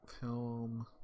film